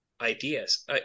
ideas